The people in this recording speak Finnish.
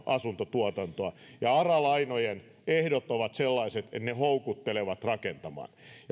asuntotuotantoa ja ara lainojen ehdot ovat sellaiset että ne houkuttelevat rakentamaan